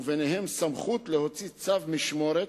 ובהן הסמכות להוציא צו משמורת,